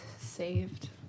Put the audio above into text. saved